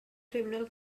criminal